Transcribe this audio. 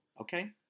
Okay